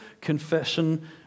confession